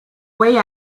way